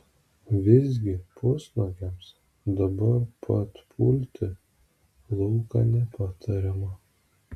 visgi pusnuogiams dabar pat pulti lauką nepatariama